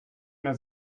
mehr